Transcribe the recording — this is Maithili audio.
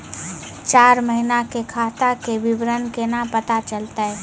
चार महिना के खाता के विवरण केना पता चलतै?